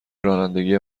رانندگی